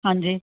ਹਾਂਜੀ